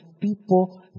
people